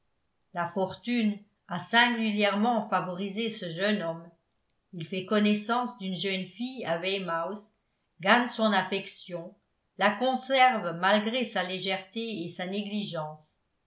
la fortune a singulièrement favorisé ce jeune homme il fait connaissance d'une jeune fille à weymouth gagne son affection la conserve malgré sa légèreté et sa négligence